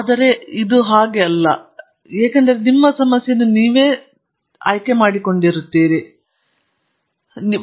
ಆದರೆ ದೊಡ್ಡ ಸಲಹೆಗಾರನು ಅಸಡ್ಡೆ ಹೊಂದಿಲ್ಲ ಏಕೆಂದರೆ ಆತನು ಕಲ್ಪನೆಯನ್ನು ಹೊಂದಿಲ್ಲ ನ್ಯೂಕ್ಲಿಯಸ್ ಬರಬೇಕೆಂಬ ಕಲ್ಪನೆಯನ್ನು ಹೊಂದಿದ್ದಕ್ಕಾಗಿ ಅವನು ಕಾಯುತ್ತಿದ್ದಾನೆ